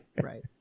Right